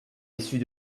issus